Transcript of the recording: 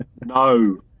no